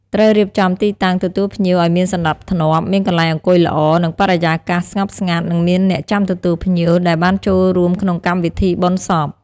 ត្រូវរៀបចំទីតាំងទទួលភ្ញៀវឲ្យមានសណ្តាប់ធ្នាប់ មានកន្លែងអង្គុយល្អ និងបរិយាកាសស្ងប់ស្ងាត់និងមានអ្នកចាំទទួលភ្ញៀវដែលបានចូលរួមក្នុងកម្មវិធីបុណ្យសព។